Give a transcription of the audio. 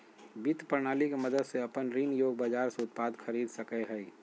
वित्त प्रणाली के मदद से अपन ऋण योग्य बाजार से उत्पाद खरीद सकेय हइ